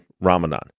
Ramadan